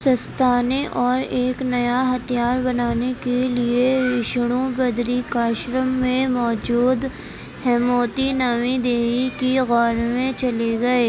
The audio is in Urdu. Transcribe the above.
سستانے اور ایک نیا ہتھیار بنانے کے لیے وشنو بدری کاشرم میں موجود ہیموتی نوی دیوی کی غار میں چلے گئے